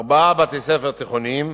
ארבעה בתי-ספר תיכוניים